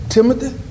Timothy